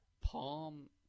palm